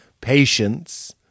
patience